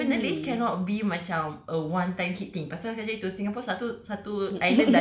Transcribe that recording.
okay definitely cannot be macam a one time hit thing pasal singapore satu